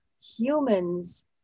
Humans